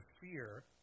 fear